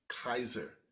Kaiser